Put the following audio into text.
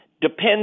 depends